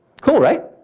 cool, right.